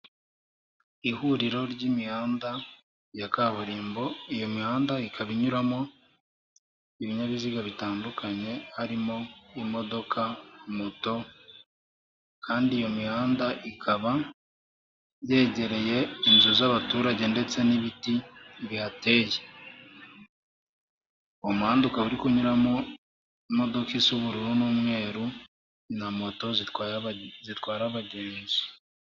Ihuriro ry'imihanda ya kaburimbo, iyo mihanda ikaba inyuramo ibinyabiziga bitandukanye, harimo imodoka, moto, kandi iyo mihanda ikaba yegereye inzu z'abaturage ndetse n'ibiti bihateye, uwo muhanda ukaba uri kunyuramo imodoka isa ubururu n'umweru, na moto zitwara abagenzi.